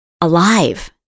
alive